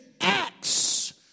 acts